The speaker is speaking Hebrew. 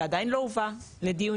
זה עדיין לא הובא לדיונים,